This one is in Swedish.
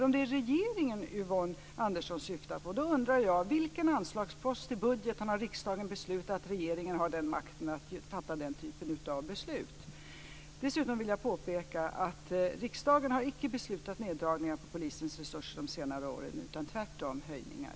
Om det är regeringen Yvonne Andersson syftar på undrar jag under vilken anslagspost i budgeten som riksdagen har beslutat att regeringen har makten att fatta den typen av beslut. Riksdagen har icke beslutat om neddragningar av polisens resurser på senare år utan tvärtom har det varit höjningar.